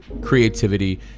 creativity